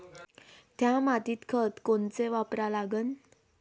थ्या मातीत खतं कोनचे वापरा लागन?